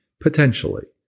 potentially